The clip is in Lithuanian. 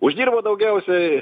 uždirbo daugiausiai